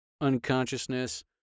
unconsciousness